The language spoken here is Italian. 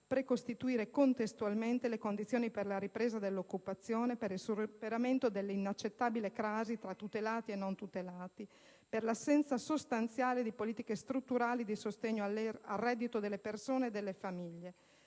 precostituire contestualmente le condizioni per la ripresa dell'occupazione e per il superamento della inaccettabile crasi tra tutelati e non tutelati, o per l'assenza sostanziale di politiche strutturali di sostegno al reddito delle persone e delle famiglie,